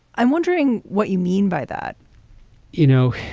i'm wondering what you mean by that you know